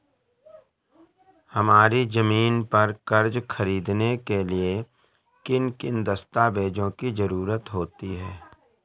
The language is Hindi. हमारी ज़मीन पर कर्ज ख़रीदने के लिए किन किन दस्तावेजों की जरूरत होती है?